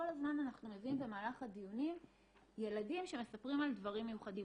כל הזמן אנחנו מביאים במהלך הדיונים ילדים שמספרים על דברים מיוחדים,